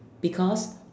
because